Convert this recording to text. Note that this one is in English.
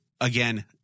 again